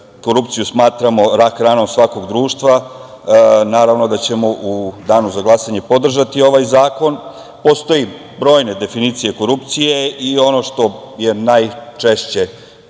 korupciju smatramo rak ranom svakog društva i naravno da ćemo u danu za glasanje podržati ovaj zakon. Postoje brojne definicije korupcije i ono što je najčešće